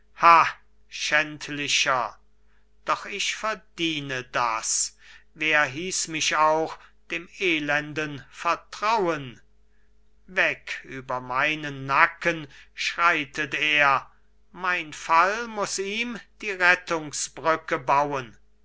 schändlicher doch ich verdiene das wer hieß mich auch dem elenden vertrauen weg über meinen nacken schreitet er mein fall muß ihm die rettungsbrücke bauen